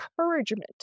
encouragement